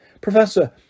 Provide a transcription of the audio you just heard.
Professor